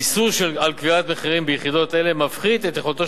איסור על קביעת מחירים ביחידות אלה מפחית את יכולתו